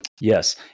yes